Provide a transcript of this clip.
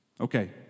Okay